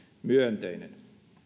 myönteinen